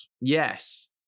Yes